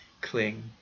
cling